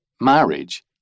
marriage